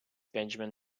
benjamin